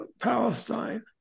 Palestine